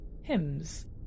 hymns